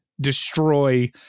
destroy